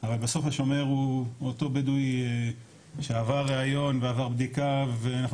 אבל בסוף השומר הוא אותו בדואי שעבר ראיון ועבר בדיקה ואנחנו